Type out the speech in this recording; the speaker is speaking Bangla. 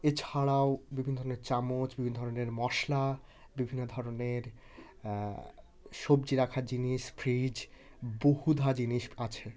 এছাড়াও বিভিন্ন ধরনের চামচ বিভিন্ন ধরনের মশলা বিভিন্ন ধরনের সবজি রাখার জিনিস ফ্রিজ বহুধা জিনিস আছে